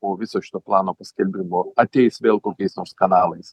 po viso šito plano paskelbimo ateis vėl kokiais nors kanalais